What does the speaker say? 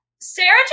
Sarah